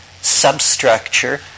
substructure